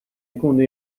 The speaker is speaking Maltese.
ikunu